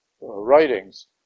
writings